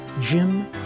Jim